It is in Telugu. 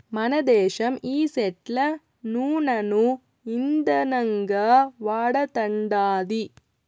మనదేశం ఈ సెట్ల నూనను ఇందనంగా వాడతండాది